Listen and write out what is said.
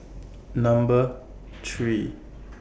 Number three